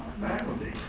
faculty.